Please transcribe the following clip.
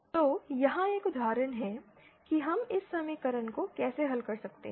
तो यहाँ एक उदाहरण है कि हम इस समीकरण को कैसे हल कर सकते हैं